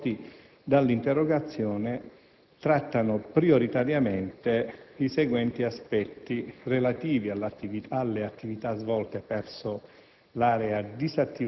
I quesiti posti dall'interrogazione trattano, prioritariamente, i seguenti aspetti relativi alle attività svolte presso